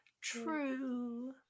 True